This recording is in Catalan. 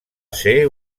ser